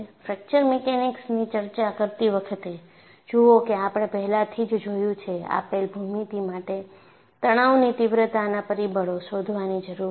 fracture મિકેનિક્સની ચર્ચા કરતી વખતે જુઓ કે આપણે પહેલાથી જ જોયું છેઆપેલ ભૂમિતિ માટે તણાવની તીવ્રતાના પરિબળો શોધવાની જરૂર છે